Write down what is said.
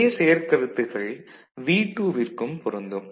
இதே செயற்கருத்துகள் V2 விற்கும் பொருந்தும்